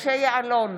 משה יעלון,